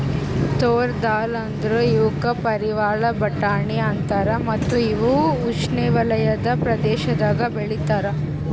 ತೂರ್ ದಾಲ್ ಅಂದುರ್ ಇವುಕ್ ಪಾರಿವಾಳ ಬಟಾಣಿ ಅಂತಾರ ಮತ್ತ ಇವು ಉಷ್ಣೆವಲಯದ ಪ್ರದೇಶದಾಗ್ ಬೆ ಳಿತಾರ್